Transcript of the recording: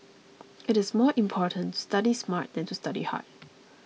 it is more important to study smart than to study hard